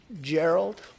Gerald